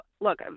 look